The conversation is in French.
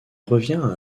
revient